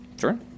sure